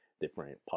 different